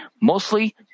mostly